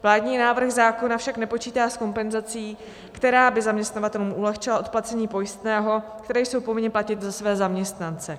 Vládní návrh zákona však nepočítá s kompenzací, která by zaměstnavatelům ulehčila od placení pojistného, které jsou povinni platit za své zaměstnance.